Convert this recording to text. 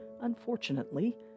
unfortunately